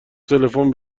تلفن